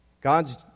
God's